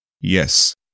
yes